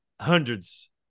hundreds